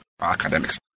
academics